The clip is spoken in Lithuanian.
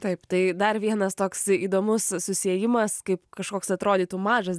taip tai dar vienas toks įdomus susiejimas kaip kažkoks atrodytų mažas